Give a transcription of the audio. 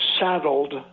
saddled